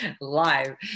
live